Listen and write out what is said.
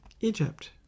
Egypt